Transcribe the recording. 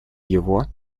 его